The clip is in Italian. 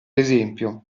esempio